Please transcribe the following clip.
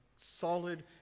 solid